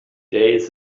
days